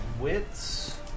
Wits